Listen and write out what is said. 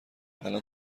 الان